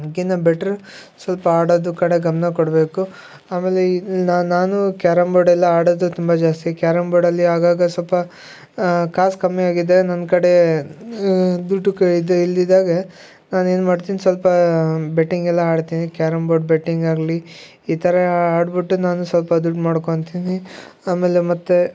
ಅದ್ಕಿಂತ ಬೆಟ್ರ್ ಸ್ವಲ್ಪ ಆಡೋದು ಕಡೆ ಗಮನ ಕೊಡಬೇಕು ಆಮೇಲೆ ಈ ನಾನು ಕ್ಯಾರಂಬೋರ್ಡೆಲ್ಲಾ ಆಡೋದು ತುಂಬಾ ಜಾಸ್ತಿ ಕ್ಯಾರಂಬೋರ್ಡಲ್ಲಿ ಆಗಾಗ ಸೊಲ್ಪಾ ಕಾಸು ಕಮ್ಮಿಯಾಗಿದೆ ನನ್ನ ಕಡೆ ದುಡ್ಡು ಕೈಲಿ ಇಲ್ದಿದ್ದಾಗ ನಾನು ಏನು ಮಾಡ್ತೀನಿ ಸೊಲ್ಪ ಬೆಟ್ಟಿಂಗೆಲ್ಲ ಆಡ್ತೀನಿ ಕ್ಯಾರಂ ಬೋರ್ಡ್ ಬೆಟ್ಟಿಂಗಾಗ್ಲಿ ಈ ಥರ ಆಡ್ಬಿಟ್ಟು ನಾನು ಸ್ವಲ್ಪ ದುಡ್ಡು ಮಾಡ್ಕೊಳ್ತೀನಿ ಆಮೇಲೆ ಮತ್ತು